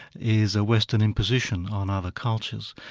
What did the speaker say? is a western imposition on other cultures.